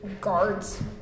guards